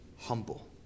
humble